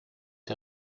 der